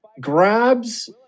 grabs